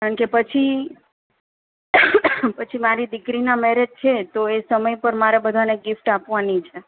કારણ કે પછી પછી મારી દીકરીના મેરેજ છે તો એ સમય પર મારે બધાંને ગિફ્ટ આપવાની છે